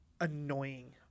annoying